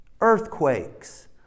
earthquakes